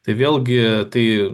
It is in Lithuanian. tai vėlgi tai